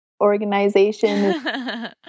organization